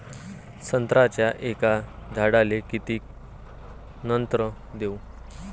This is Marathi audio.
संत्र्याच्या एका झाडाले किती नत्र देऊ?